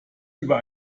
über